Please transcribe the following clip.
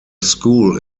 school